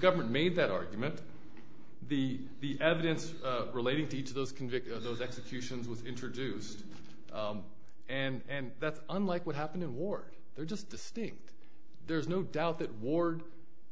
government made that argument the the evidence relating to each of those convicted of those executions was introduced and that's unlike what happened in war they're just distinct there's no doubt that ward